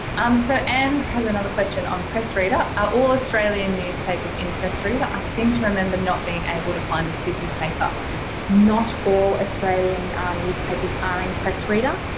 um so anne has another question on press reader, are all australian newspapers in press reader, i seem to remember not being able to find a sydney paper? michela not all australian newspapers are in press reader